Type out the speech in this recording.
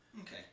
Okay